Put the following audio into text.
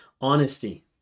honesty